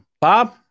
bob